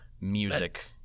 Music